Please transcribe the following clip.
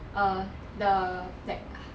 err the like